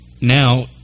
Now